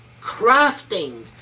crafting